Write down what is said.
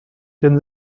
denn